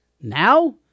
Now